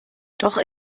doch